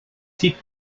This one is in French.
types